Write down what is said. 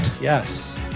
Yes